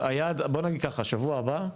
בוא נגיד ככה, שבוע הבא,